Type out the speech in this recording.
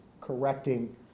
correcting